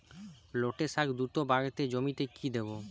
লটে শাখ দ্রুত বাড়াতে জমিতে কি দেবো?